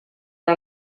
run